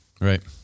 Right